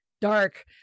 dark